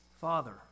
Father